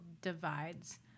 divides